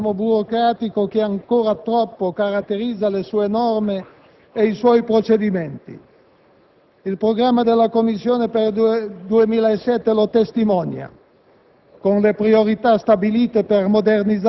per cancellare quel velo di ermetismo burocratico che ancora troppo caratterizza le sue norme e i suoi procedimenti. Il programma della Commissione per il 2007 lo testimonia